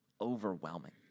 overwhelming